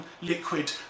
liquid